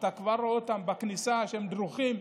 אתה כבר רואה אותם בכניסה שהם דרוכים.